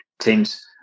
teams